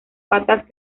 patas